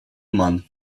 month